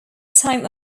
time